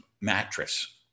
mattress